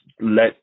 let